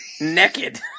Naked